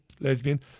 lesbian